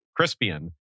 Crispian